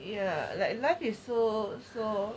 ya like life is so so